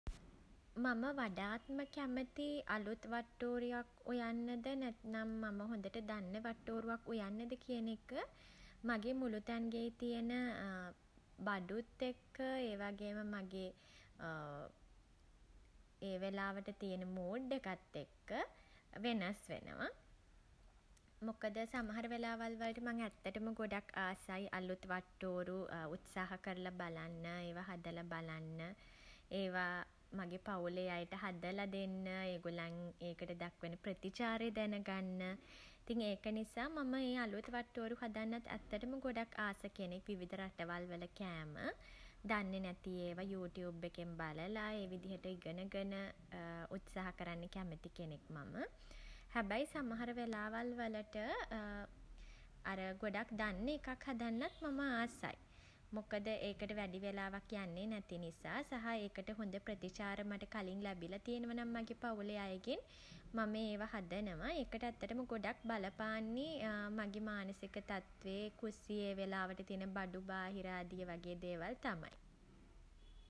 මම වඩාත්ම කැමති අලුත් වට්ටෝරුවක් උයන්නද නැත්නම් මම හොඳට දන්න වට්ටෝරුවක් උයන්නද කියන එක මගේ මුළුතැන්ගෙයි තියෙන බඩුත් එක්ක ඒ වගේම මගේ ඒ වෙලාවට තියෙන මූඩ් එකත් එක්ක වෙනස් වෙනවා. මොකද සමහර වෙලාවල් වලට මං ඇත්තටම ගොඩක් ආසයි අලුත් වට්ටෝරු උත්සාහ කරලා බලන්න ඒවා හදල බලන්න. ඒවා මගේ පවුලේ අයට හදලා දෙන්න. ඒගොල්ලන් ඒකට දක්වන ප්‍රතිචාරය දැන ගන්න. ඉතින් ඒක නිසා මම ඒ අලුත් වට්ටෝරු හදන්නත් ඇත්තටම ගොඩක් ආස කෙනෙක් විවිධ රටවල් වල කෑම. දන්නෙ නැති ඒවා යූටියුබ් එකෙන් බලලා ඒ විදිහට ඉගෙන ගෙන උත්සාහ කරන්න කැමැති කෙනෙක් මම. හැබැයි සමහර වෙලාවල් වලට අර ගොඩක් දන්න එකක් හදන්නත් මම ආසයි. මොකද ඒකට වැඩි වෙලාවක් යන්නේ නැති නිසා සහ ඒකට හොඳ ප්‍රතිචාර මට කලින් ලැබිලා තියෙනවා නම් මගේ පවුලේ අයගෙන් මම ඒවා හදනවා. ඒකට ඇත්තටම ගොඩක් බලපාන්නේ මගේ මානසික තත්ත්වය කුස්සියේ ඒ වෙලාවට තියෙන බඩු බාහිරාදිය වගේ දේවල් තමයි.